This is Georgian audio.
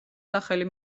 სახელი